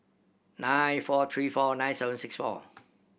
nine four three four nine seven six four